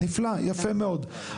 נפלא, יפה מאוד.